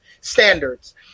standards